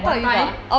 one time